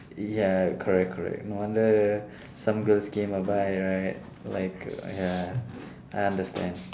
ya correct correct no wonder some girls came by right like ya I understand